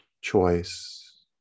choice